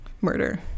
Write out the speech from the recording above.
murder